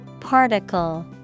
Particle